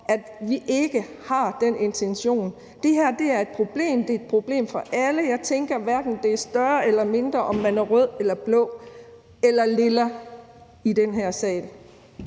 at vi har den intention. Det her er et problem – det er et problem for alle. Jeg tænker, at det hverken er større eller mindre, om man er rød, blå eller lilla i den her sal.